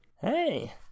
Hey